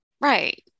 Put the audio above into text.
Right